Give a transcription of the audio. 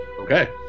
Okay